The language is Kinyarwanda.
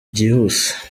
byihuse